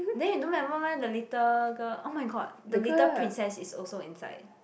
then you don't remember meh the little girl oh my god the little princess is also inside